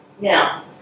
Now